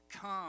Come